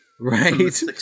right